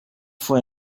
for